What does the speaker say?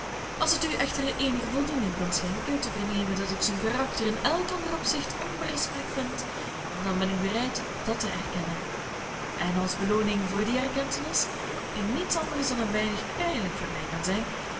als het u echter eenige voldoening kan schenken te vernemen dat ik zijn karakter in elk ander opzicht onberispelijk vind dan ben ik bereid dat te erkennen en als belooning voor die erkentenis die niet anders dan een weinig pijnlijk voor mij kan zijn